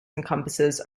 encompasses